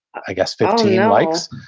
i guess, fifteen likes.